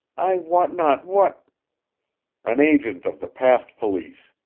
i wot not what an agent of the past police.